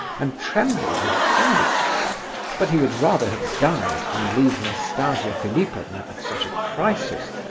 and trembled with fright but he would rather have died than leave nastasia philipovna at such a crisis,